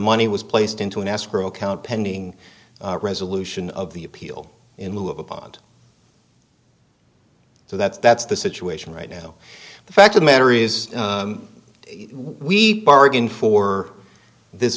money was placed into an escrow account pending a resolution of the appeal in lieu of a bond so that's that's the situation right now the fact of the matter is we bargained for this